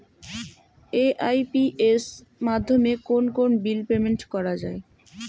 AEPS মাধ্যমে কোন কোন বিল পেমেন্ট করা যায়?